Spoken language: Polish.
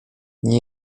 nie